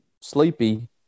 sleepy